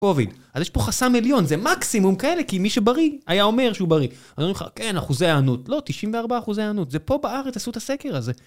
קוביד, אז יש פה חסם עליון, זה מקסימום כאלה, כי מי שבריא, היה אומר שהוא בריא. אז אני אומר לך, כן, אחוזי הענות, לא, 94 אחוזי הענות, זה פה בארץ עשו את הסקר הזה.